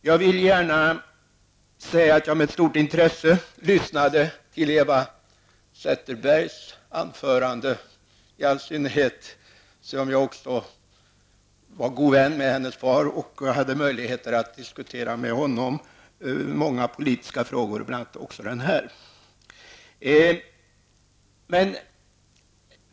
Jag vill gärna säga att jag med stort intresse lyssnade till Eva Zetterbergs anförande, i all synnerhet som jag också var god vän med hennes far och hade möjlighet att diskutera många politiska frågor med honom, bl.a. denna.